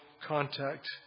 contact